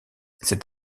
cet